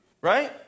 right